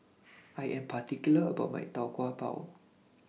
I Am particular about My Tau Kwa Pau